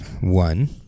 one